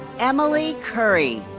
emily kerrie.